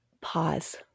pause